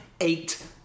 eight